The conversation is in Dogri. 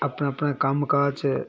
अपना अपना कम्मकाज